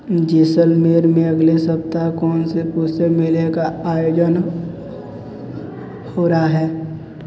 जैसलमेर में अगले सप्ताह कौन से पुस्तक मेले का आयोजन हो रहा है